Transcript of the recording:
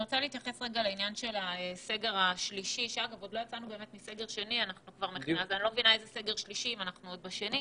עוד לא יצאנו מהסגר השני וכבר מדברים על סגר שלישי.